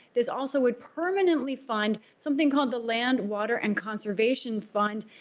this also would permanently fund something called the land, water and conservation fund.